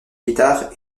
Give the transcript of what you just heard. guitare